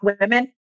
women